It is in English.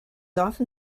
often